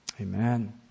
Amen